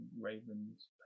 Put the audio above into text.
raven's